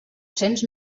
cents